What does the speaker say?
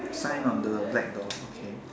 sign on the black door okay